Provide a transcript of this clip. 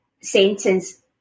sentence